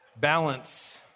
Balance